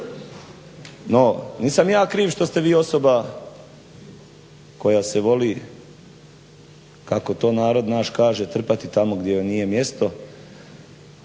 No nisam ja kriv što ste vi osoba koja se voli, kako to narod naš kaže, trpati tamo gdje joj nije mjesto